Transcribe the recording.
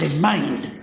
and mind,